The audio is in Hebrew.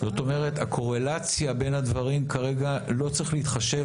זאת אומרת שבקורלציה בין הדברים כרגע לא צריך להתחשב.